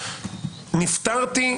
נפטרתי,